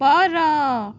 ଉପର